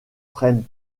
prennent